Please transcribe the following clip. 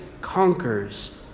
conquers